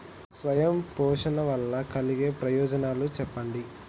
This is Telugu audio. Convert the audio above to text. స్వయం పోషణ వల్ల కలిగే ప్రయోజనాలు చెప్పండి?